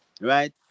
right